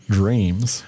dreams